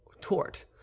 tort